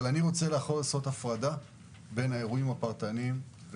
אני רוצה לעשות הפרדה בין האירועים הפרטניים,